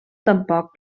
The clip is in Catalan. tampoc